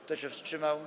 Kto się wstrzymał?